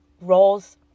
roles